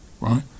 right